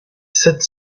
sept